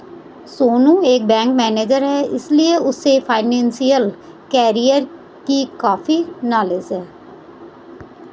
सोनू एक bank manager है इसीलिए उसे फाइनेंशियल कैरियर की काफी नॉलेज है